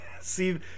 see